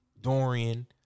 Dorian